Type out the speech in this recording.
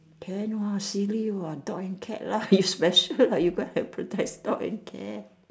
can what silly what dog and cat lah you special lah you go and hybridise dog and cat